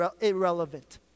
irrelevant